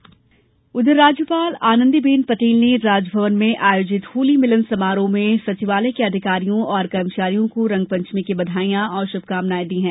राज्यपाल राज्यपाल आनंदीबेन पटेल ने राजभवन में आयोजित होली भिलन समारोह में सचिवालय के अधिकारियों और कर्मचारियों को रंगपंचमी की बधाई और शुभकामनाएं दी हैं